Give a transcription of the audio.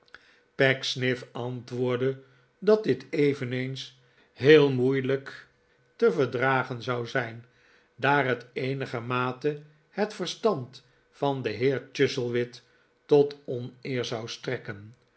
pecksniff antwoordde dat dit eveneens heel moeilijk te verdragen zou zijn daar het eenigermate het verstand van den heer chuzzlewit tot oneer zou strekken